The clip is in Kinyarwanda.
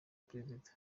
perezida